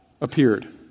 appeared